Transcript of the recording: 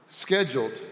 scheduled